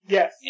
Yes